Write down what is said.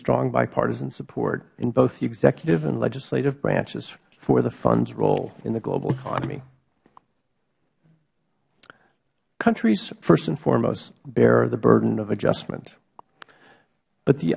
strong bipartisan support in both the executive and legislative branches for the fund's role in the global economy countries first and foremost bear the burden of adjustment but the